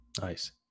Nice